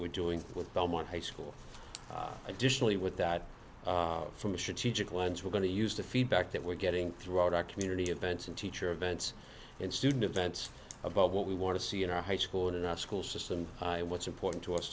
we're doing with belmont high school additionally with that from a strategic ones we're going to use the feedback that we're getting throughout our community events and teacher events and student events about what we want to see in our high school and in our school system and what's important to us